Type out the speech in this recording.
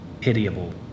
pitiable